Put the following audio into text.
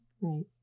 Right